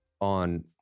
on